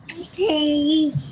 Okay